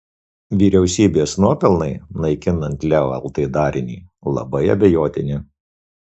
vyriausybės nuopelnai naikinant leo lt darinį labai abejotini